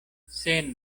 sen